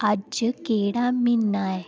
अज्ज केह्ड़ा म्हीना ऐ